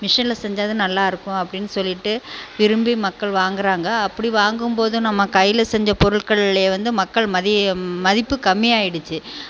மிஷினில் செஞ்சது நல்லாயிருக்கும் அப்படின்னு சொல்லிட்டு விரும்பி மக்கள் வாங்கறாங்க அப்படி வாங்கும்போது நம்ம கையில் செஞ்ச பொருள்கள்லேயே வந்து மக்கள் மதிய மதிப்பு கம்மியாடுச்சு